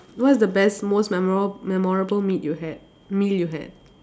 what's the best most memo~ memorable meat you had meal you had